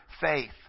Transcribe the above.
faith